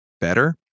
better